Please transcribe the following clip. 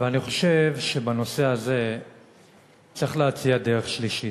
אני חושב שבנושא הזה צריך להציע דרך שלישית.